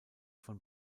von